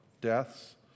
Deaths